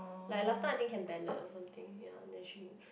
like last time I think can ballot or something ya then she